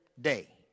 day